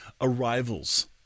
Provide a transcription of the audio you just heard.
arrivals